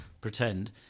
pretend